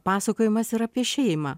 pasakojimas ir apie šeimą